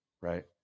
right